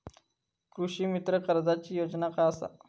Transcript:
कृषीमित्र कर्जाची योजना काय असा?